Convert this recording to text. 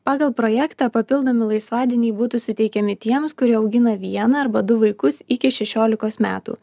pagal projektą papildomi laisvadieniai būtų suteikiami tiems kurie augina vieną arba du vaikus iki šešiolikos metų